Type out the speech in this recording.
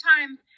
time